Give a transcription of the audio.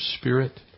spirit